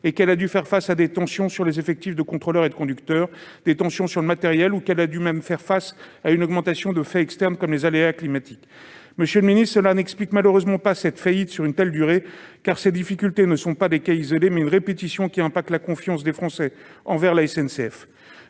qu'elle a dû gérer des tensions sur les effectifs de contrôleurs et de conducteurs et sur le matériel, ou qu'elle a même dû faire face à une augmentation de faits externes comme les aléas climatiques ... Cela n'explique malheureusement pas cette faillite sur une telle durée. Ces difficultés ne sont pas des cas isolés. Elles surviennent à répétition et entament la confiance des Français envers la SNCF.